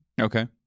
okay